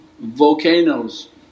volcanoes